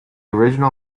original